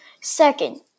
Second